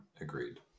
Agreed